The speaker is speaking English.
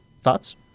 Thoughts